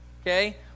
Okay